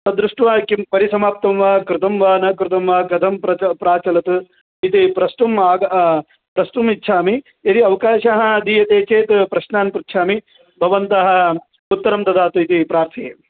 तद्दृष्ट्वा किं परिसमाप्तं वा कृतं वा न कृतं वा गतं प्रच प्राचलत् इति प्रष्टुम् आग प्रष्टुम् इच्छामि यदि अवकाशः दीयते चेत् प्रश्नान् पृच्छामि भवन्तः उत्तरं ददातु इति प्रार्थयेम्